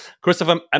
Christopher